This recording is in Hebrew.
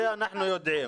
זה אנחנו יודעים.